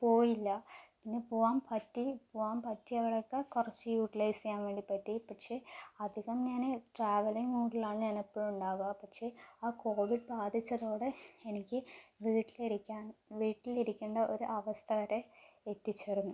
പോയില്ല പിന്നെ പോകാൻ പറ്റി പോകാൻ പറ്റിയ അവിടെയൊക്കെ കുറച്ചു യൂട്ടിലൈസ് ചെയ്യാൻ വേണ്ടി പറ്റി പക്ഷെ അധികം ഞാൻ ട്രാവല്ലിംഗ് മൂഡിലാണ് ഞാൻ എപ്പോഴും ഉണ്ടാവുക പക്ഷെ ആ കോവിഡ് ബാധിച്ചതോടെ എനിക്ക് വീട്ടിലിരിക്കാൻ വീട്ടിലിരിക്കേണ്ട ഒരു അവസ്ഥ വരെ എത്തിച്ചേർന്നു